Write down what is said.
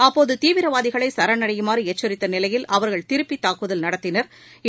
அப்போது தீவிரவாதிகளை சரணடையுமாறு எச்சித்த நிலையில் அவர்கள் திருப்பி தாக்குதல் நடத்தினா்